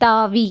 தாவி